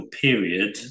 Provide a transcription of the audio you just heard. period